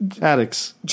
addicts